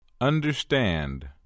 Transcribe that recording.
understand